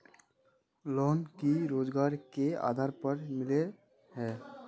Loan की रोजगार के आधार पर मिले है?